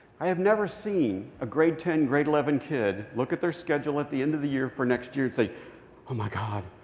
i have never seen a grade ten, grade eleven kid look at their schedule at the end of the year for next year and say, oh my god,